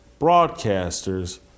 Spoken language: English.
broadcasters